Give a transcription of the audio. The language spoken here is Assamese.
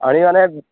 আমি মানে